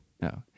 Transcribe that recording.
No